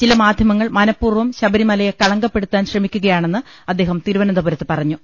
ചില മാധ്യമങ്ങൾ മനപൂർവ്വം ശബരിമലയെ കളങ്കപ്പെ ടുത്താൻ ശ്രമിക്കുകയാണെന്ന് അദ്ദേഹം തിരുവനന്തപുരത്ത് പറ ഞ്ഞു